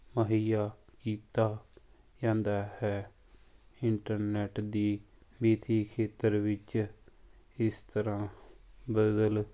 ਮੁਹੱਈਆ ਕੀਤਾ ਜਾਂਦਾ ਹੈ ਇੰਟਰਨੈੱਟ ਦੀ ਵਿੱਤੀ ਖੇਤਰ ਵਿੱਚ ਇਸ ਤਰ੍ਹਾਂ ਬਦਲ